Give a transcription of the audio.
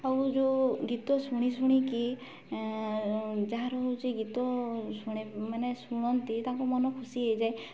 ଆଉ ଯେଉଁ ଗୀତ ଶୁଣି ଶୁଣିକି ଯାହାର ହେଉଛି ଗୀତ ମାନେ ଶୁଣନ୍ତି ତାଙ୍କ ମନ ଖୁସି ହେଇଯାଏ